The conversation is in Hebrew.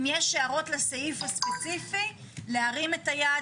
אם יש הערות לסעיף הספציפי להרים את היד,